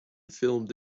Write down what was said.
filmed